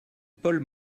paul